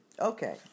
Okay